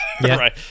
right